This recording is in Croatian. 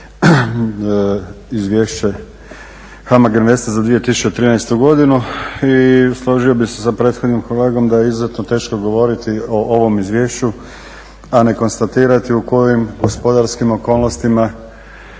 izvješće HAMAG Investa za 2013. godinu i složio bih se sa prethodnim kolegom da je izuzetno teško govoriti o ovom izvješću, a ne konstatirati u kojim gospodarskim okolnostima